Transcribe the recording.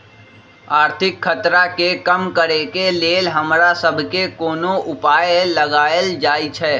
आर्थिक खतरा के कम करेके लेल हमरा सभके कोनो उपाय लगाएल जाइ छै